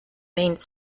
maine